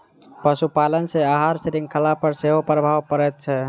पशुपालन सॅ आहार शृंखला पर सेहो प्रभाव पड़ैत छै